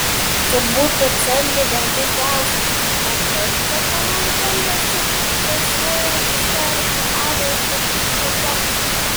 turbūt pacientai dažnai klausia ar turite ką nors bendro su garsiuoju istoriku adolfu šapoka